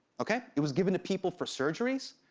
okay? it was given to people for surgeries,